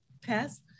pass